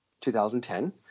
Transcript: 2010